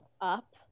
up